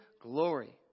glory